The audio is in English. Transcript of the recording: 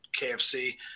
KFC